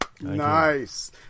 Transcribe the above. Nice